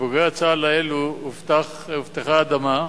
לבוגרי צה"ל האלה הובטחה אדמה.